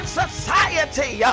society